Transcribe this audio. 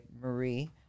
Marie